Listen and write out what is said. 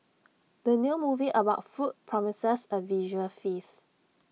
the new movie about food promises A visual feast